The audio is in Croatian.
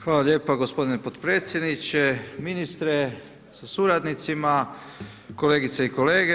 Hvala lijepa gospodine potpredsjedniče, ministre sa suradnicima, kolegice i kolege.